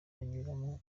anyuramo